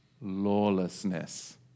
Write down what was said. lawlessness